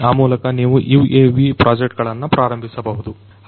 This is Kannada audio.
ಆ ಮೂಲಕ ನೀವು UAV ಪ್ರಾಜೆಕ್ಟ್ ಗಳನ್ನು ಪ್ರಾರಂಭಿಸಬಹುದು